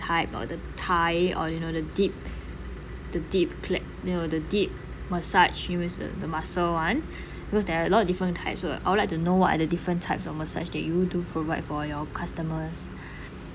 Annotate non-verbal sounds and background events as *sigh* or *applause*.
type or the thai or you know the deep the deep clea~ you know the deep massage the muscle [one] *breath* because there are a lot of different types of I would like to know what are the different types of massage that you do provide for your customers *breath*